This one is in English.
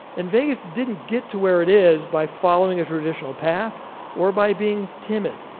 and vegas didn't get to where it is by following a traditional path or by being timid.